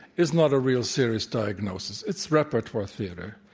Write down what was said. is not a real serious diagnosis. it's repertoire theater.